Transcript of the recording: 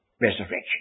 resurrection